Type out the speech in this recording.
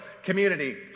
community